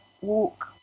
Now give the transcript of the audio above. walk